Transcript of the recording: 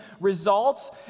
results